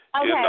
Okay